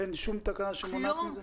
אין כל תקנה שמונעת את זה.